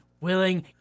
willing